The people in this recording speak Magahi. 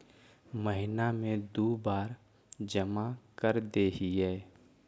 महिना मे दु बार जमा करदेहिय?